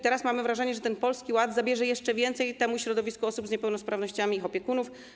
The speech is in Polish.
Teraz mamy wrażenie, że Polski Ład zabierze jeszcze więcej temu środowisku osób z niepełnosprawnościami i ich opiekunów.